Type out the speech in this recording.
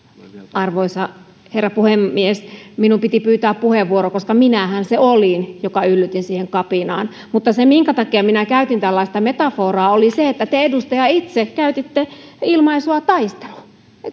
arvoisa herra puhemies minun piti pyytää puheenvuoro koska minähän se olin joka yllytin siihen kapinaan mutta se minkä takia minä käytin tällaista metaforaa oli se että te edustaja itse käytitte ilmaisua taistelu kun